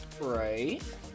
Right